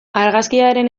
argazkiaren